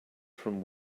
from